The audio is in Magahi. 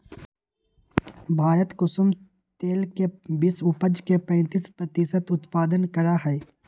भारत कुसुम तेल के विश्व उपज के पैंतीस प्रतिशत उत्पादन करा हई